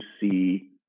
see